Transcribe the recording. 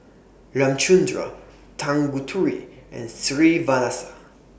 Ramchundra Tanguturi and